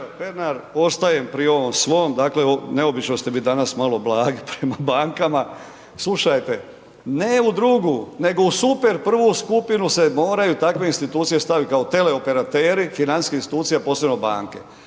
Pernar, ostajem pri ovom svom, dakle, neobično ste mi danas malo blagi prema bankama. Slušajte, ne u drugu, nego u super prvu skupinu se moraju takve institucije stavit, kao teleoperateri, financijske institucije, a posebno banke.